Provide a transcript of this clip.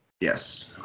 yes